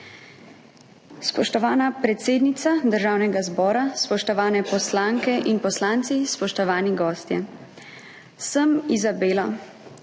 Spoštovana predsednica Državnega zbora, spoštovane poslanke in poslanci, spoštovani gostje! Sem Izabela,